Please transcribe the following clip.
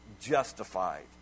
justified